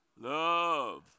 Love